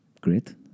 great